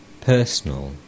personal